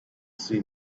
seen